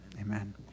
Amen